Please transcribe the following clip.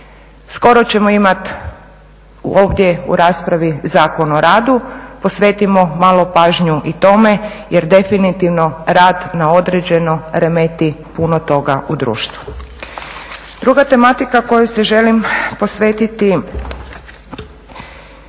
Skoro ćemo imati ovdje u raspravi Zakon o radu, posvetimo malo pažnju i tome jer definitivno rad na određeno remeti puno toga u društvu. Druga tematika kojoj se želim posvetiti